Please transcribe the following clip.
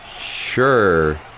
Sure